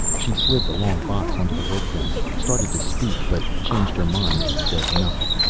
she slid the long box onto the workbench, started to speak, but changed her mind and said nothing.